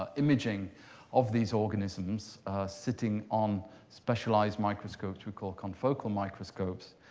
ah imaging of these organisms sitting on specialized microscopes we call confocal microscopes,